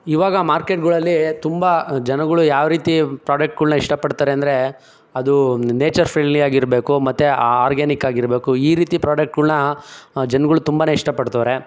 ಈವಾಗ ಮಾರ್ಕೆಟ್ಗಳಲ್ಲಿ ತುಂಬ ಜನಗಳು ಯಾವ ರೀತಿ ಪ್ರಾಡಕ್ಟ್ಗಳ್ನ ಇಷ್ಟಪಡ್ತಾರೆ ಅಂದರೆ ಅದು ನೇಚರ್ ಫ್ರೆಂಡ್ಲಿಯಾಗಿರಬೇಕು ಮತ್ತು ಆ ಆರ್ಗಾನಿಕ್ಕಾಗಿರಬೇಕು ಈ ರೀತಿ ಪ್ರಾಡಕ್ಟ್ಗಳ್ನ ಜನ್ಗಳು ತುಂಬಾ ಇಷ್ಟಪಡ್ತವ್ರೆ